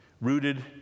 rooted